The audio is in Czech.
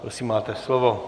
Prosím máte slovo.